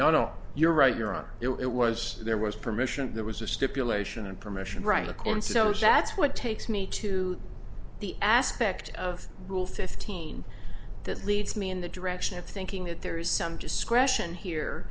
no no you're right you're on it was there was permission there was a stipulation and permission right and so that's what takes me to the aspect of rule fifteen that leads me in the direction of thinking that there is some discretion here